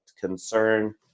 concern